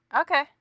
Okay